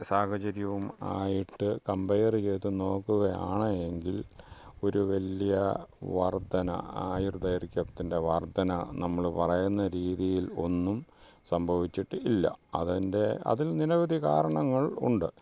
സാഹചര്യവും ആയിട്ട് കംപയറ് ചെയ്ത് നോക്കുക ആണ് എങ്കിൽ ഒരു വലിയ വർദ്ധന ആയുർദൈര്ഘ്യത്തിൻ്റെ വർദ്ധന നമ്മള് പറയുന്ന രീതിയിൽ ഒന്നും സംഭവിച്ചിട്ടില്ല അതിൻ്റെ അതിൽ നിരവധി കാരണങ്ങൾ ഉണ്ട്